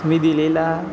मी दिलेला